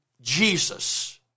Jesus